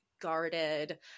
guarded